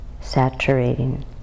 saturating